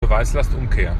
beweislastumkehr